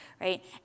right